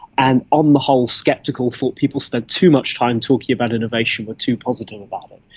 and on the whole sceptical, thought people spent too much time talking about innovation, were too positive about it.